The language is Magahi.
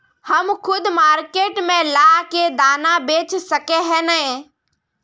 हम खुद मार्केट में ला के दाना बेच सके है नय?